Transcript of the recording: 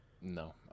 no